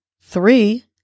three